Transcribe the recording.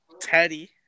Teddy